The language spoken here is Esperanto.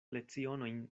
lecionojn